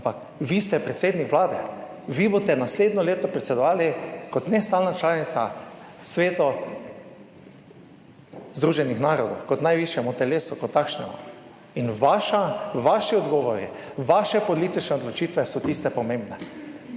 Ampak vi ste predsednik Vlade, vi boste naslednje leto predsedovali kot nestalna članica v Svetu Združenih narodov, najvišjemu telesu kot takšnemu. In vaši odgovori, vaše politične odločitve so tiste pomembne.